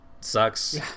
Sucks